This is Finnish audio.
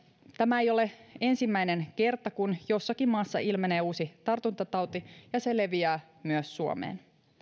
tämä ei ole ensimmäinen kerta kun jossakin maassa ilmenee uusi tartuntatauti ja se leviää myös suomeen